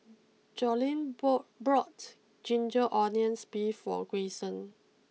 Joline bought blocked Ginger Onions Beef for Greyson